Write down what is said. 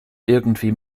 irgendwie